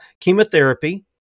chemotherapy